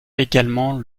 également